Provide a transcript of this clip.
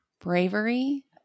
bravery